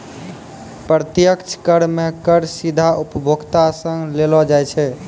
प्रत्यक्ष कर मे कर सीधा उपभोक्ता सं लेलो जाय छै